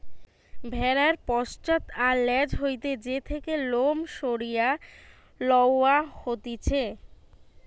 ভেড়ার পশ্চাৎ আর ল্যাজ হইতে যে থেকে লোম সরিয়ে লওয়া হতিছে